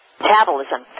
metabolism